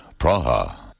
Praha